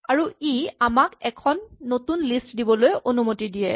আৰু ই আমাক এখন নতুন লিষ্ট দিবলৈ অনুমতি দিয়ে